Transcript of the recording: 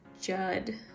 Judd